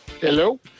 Hello